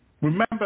Remember